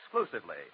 exclusively